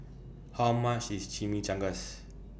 How much IS Chimichangas